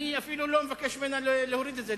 אני אפילו לא מבקש ממנה להוריד את זה,